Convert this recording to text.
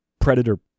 predator